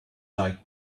like